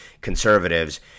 conservatives